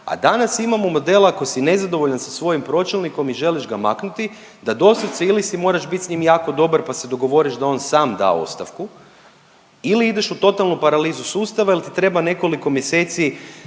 a danas imamo model, ako si nezadovoljan sa svojim pročelnikom i želiš ga maknuti, da doslovce ili si moraš bit s njim jako dobar pa se dogovoriš da on sam da ostavku ili ideš u totalnu paralizu sustava jer ti treba nekoliko mjeseci